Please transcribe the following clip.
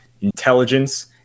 intelligence